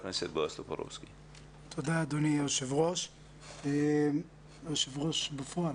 תודה, אדוני היושב-ראש בפועל.